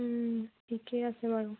ঠিকেই আছে বাৰু